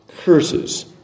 Curses